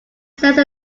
sense